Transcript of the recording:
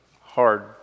hard